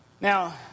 Now